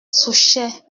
souchet